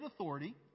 authority